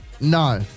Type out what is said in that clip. No